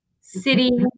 city